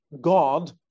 God